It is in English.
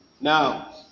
Now